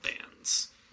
bands